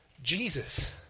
Jesus